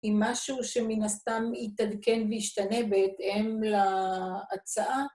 עם משהו שמן הסתם יתעדכן וישתנה בהתאם להצעה.